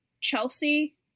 Chelsea